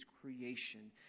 creation